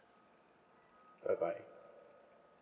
bye bye